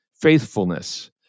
faithfulness